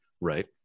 Right